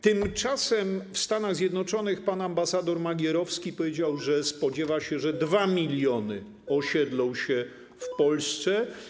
Tymczasem w Stanach Zjednoczonych pan ambasador Magierowski powiedział, że spodziewa się, że 2 mln osiedlą się w Polsce.